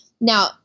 now